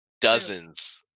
dozens